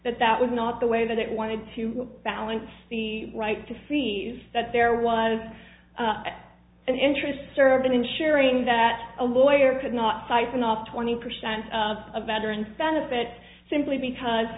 that that was not the way that it wanted to balance the right to fee that there was an interest served in ensuring that a lawyer could not siphon off twenty percent of veterans benefits simply because